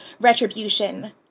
retribution